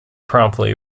promptly